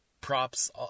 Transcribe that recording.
props